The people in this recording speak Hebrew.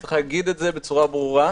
צריך להגיד את זה בצורה ברורה.